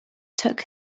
took